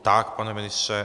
Tak, pane ministře.